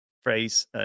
phrase